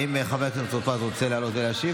האם חבר הכנסת טור פז רוצה לעלות ולהשיב,